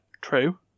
true